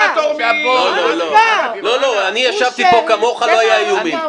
לא, אני ישבתי פה כמוך, לא היו איומים.